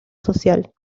social